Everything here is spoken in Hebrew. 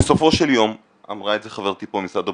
בסופו של יום, אמרה את זה חברתי פה במשרד הבריאות,